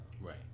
right